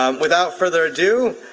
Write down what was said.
um without further ado,